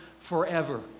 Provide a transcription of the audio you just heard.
forever